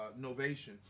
Novation